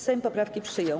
Sejm poprawki przyjął.